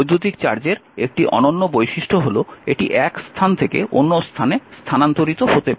বৈদ্যুতিক চার্জের একটি অনন্য বৈশিষ্ট্য হল এটি এক স্থান থেকে অন্য স্থানে স্থানান্তরিত হতে পারে